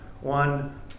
one